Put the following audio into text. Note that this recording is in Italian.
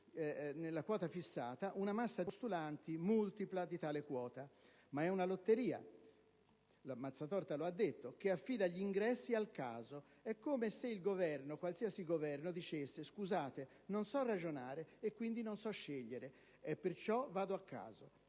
nella quota fissata una massa di postulanti multipla di tale quota. Ma è una lotteria (il senatore Mazzatorta l'ha detto), che affida gli ingressi al caso. È come se il Governo (qualsiasi Governo) dicesse: scusate, non so ragionare e quindi non so scegliere. E perciò vado a caso.